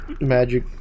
magic